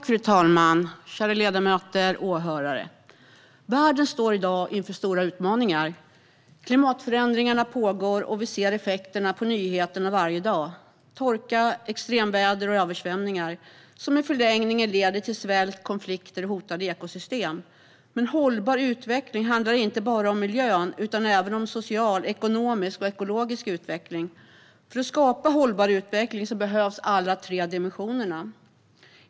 Fru talman, kära ledamöter och åhörare! Världen står i dag inför stora utmaningar. Klimatförändringarna pågår, och vi ser effekterna på nyheterna varje dag: torka, extremväder och översvämningar som i förlängningen leder till svält, konflikter och hotade ekosystem. Men hållbar utveckling handlar inte bara om miljön utan även om social, ekonomisk och ekologisk utveckling. För att skapa hållbar utveckling behövs alla dessa tre dimensioner.